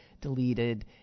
deleted